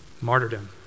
martyrdom